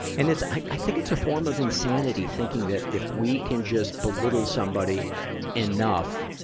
and it's, i, i think it's a form of insanity thinking that if we can just belittle somebody enough,